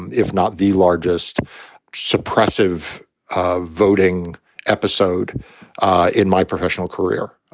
and if not the largest suppressive ah voting episode in my professional career.